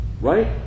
right